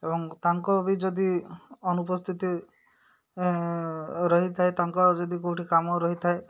ଏବଂ ତାଙ୍କ ବି ଯଦି ଅନୁପସ୍ଥିତି ରହିଥାଏ ତାଙ୍କ ଯଦି କେଉଁଠି କାମ ରହିଥାଏ